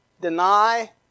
deny